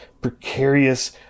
precarious